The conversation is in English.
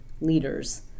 leaders